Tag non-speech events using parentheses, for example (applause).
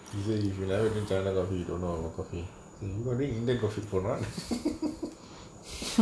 you say if you never drink china coffee you don't know our coffee say you drink indian coffee for one (laughs)